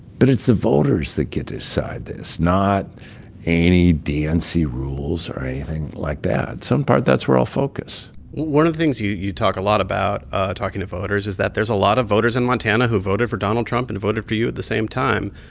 but it's the voters that get to decide this, not any dnc rules or anything like that. some part that's where i'll focus one of the things you you talk a lot about talking to voters is that there's a lot of voters in montana who voted for donald trump and voted for you at the same time.